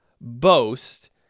boast